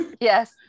yes